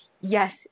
Yes